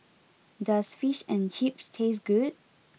does Fish and Chips taste good